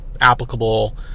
applicable